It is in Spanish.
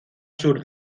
sur